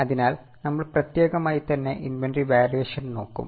അതിനാൽ നമ്മൾ പ്രത്യേകമായി തന്നെ ഇൻവെന്ററി വാലുവേഷൻ നോക്കും